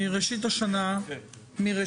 מראשית השנה הזאת.